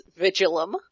Vigilum